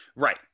right